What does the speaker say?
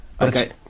Okay